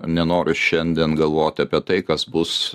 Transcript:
nenoriu šiandien galvoti apie tai kas bus